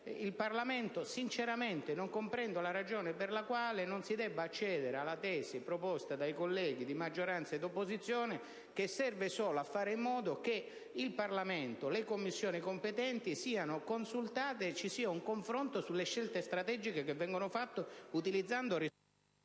il Parlamento; sinceramente non comprendo la ragione per la quale non si debba accedere alla tesi, proposta dai colleghi di maggioranza e di opposizione, che serve solo a fare in modo che il Parlamento e le Commissioni competenti siano consultate e ci sia un confronto sulle scelte strategiche che vengono fatte attraverso